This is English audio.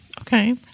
Okay